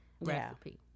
recipe